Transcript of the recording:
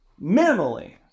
minimally